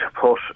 put